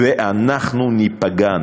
ואנחנו ניפגע.